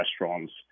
restaurants